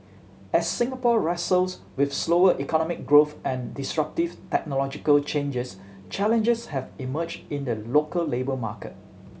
as Singapore wrestles with slower economic growth and disruptive technological changes challenges have emerged in the local labour market